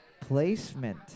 Placement